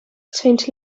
saint